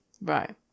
Right